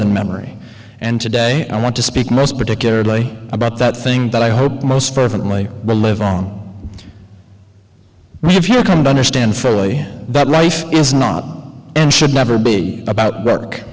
than memory and today i want to speak most particularly about that thing that i hope most fervently believe if you come to understand fully that life is not and should never be about